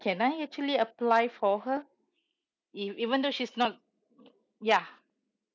can I actually apply for her e~ even though she's not ya